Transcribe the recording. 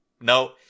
No